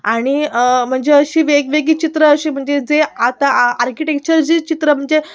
आणि म्हणजे अशी वेगवेगळी चित्रं अशी म्हणजे जे आता आर्किटेक्श्चरची चित्रं म्हणजे